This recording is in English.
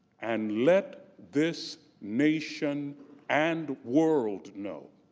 and let this nation and world know